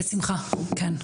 בשמחה, כן.